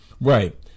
Right